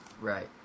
Right